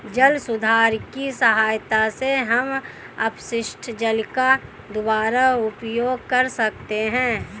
जल सुधार की सहायता से हम अपशिष्ट जल का दुबारा उपयोग कर सकते हैं